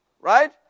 Right